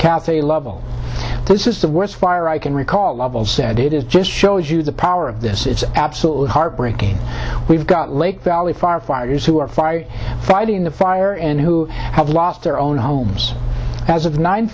kathy lovell this is the worst fire i can recall level said it is just shows you the power of this it's absolutely heartbreaking we've got lake valley fire fighters who are fire fighting the fire and who have lost their own homes as of nine